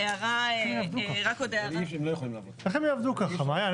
איך הם יעבדו ככה מעיין?